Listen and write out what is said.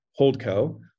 Holdco